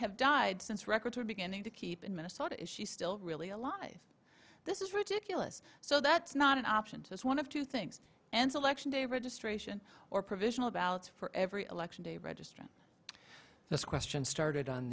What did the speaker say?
have died since records were beginning to keep in minnesota is she still really alive this is ridiculous so that's not an option as one of two things and election day registration or provisional ballots for every election day registering this question started on